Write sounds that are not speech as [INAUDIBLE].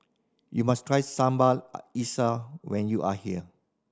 you must try sambal [UNINTELLIGIBLE] when you are here